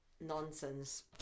Nonsense